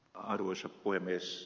arvoisa puhemies